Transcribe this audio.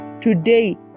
Today